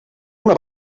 una